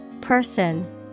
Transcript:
Person